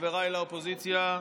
חברי האופוזיציה,